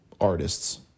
artists